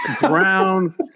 Brown